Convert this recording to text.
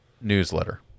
newsletter